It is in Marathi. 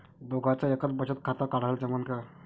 दोघाच एकच बचत खातं काढाले जमनं का?